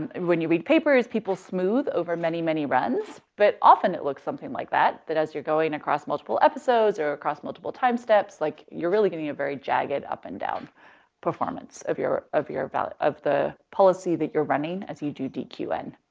when you read papers, people smooth over many, many runs, but often it looks something like that. that as you're going across multiple episodes or across multiple time steps, like, you're really getting a very jagged up and down performance of your of your val of the policy that you're running as you do dqn.